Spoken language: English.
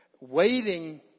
Waiting